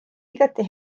igati